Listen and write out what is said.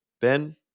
Ben